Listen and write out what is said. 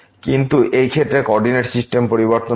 কিন্তু এই ক্ষেত্রে কো অর্ডিনেট পরিবর্তন করে